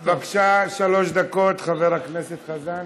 בבקשה, שלוש דקות, חבר הכנסת חזן.